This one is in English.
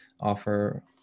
offer